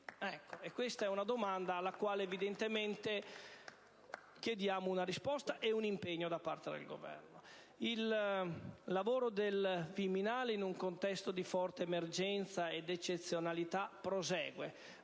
È questa una domanda alla quale evidentemente chiediamo una risposta ed un impegno da parte del Governo. Il lavoro del Viminale, in un contesto di forte emergenza ed eccezionalità, prosegue.